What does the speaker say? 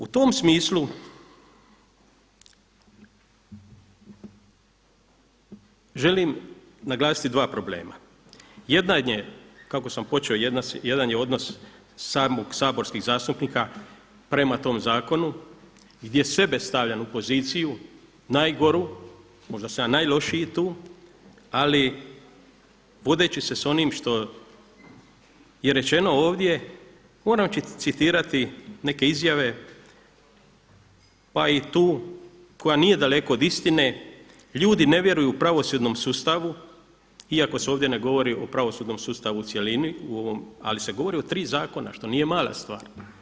U tom smislu želim naglasiti dva problema, jedan je odnos samog saborskog zastupnika prema tom zakonu gdje sebe stavljam u poziciju najgoru, možda sam ja najlošiji tu, ali vodeći se s onim što je rečeno ovdje moram citirati neke izjave pa i tu koja nije daleko od istine „Ljudi ne vjeruju pravosudnom sustavu“ iako se ovdje ne govori o pravosudnom sustavu o cjelini, ali se govori o tri zakona što nije mala stvar.